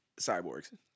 cyborgs